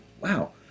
Wow